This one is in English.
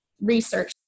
research